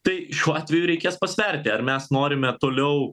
tai šiuo atveju reikės pasverti ar mes norime toliau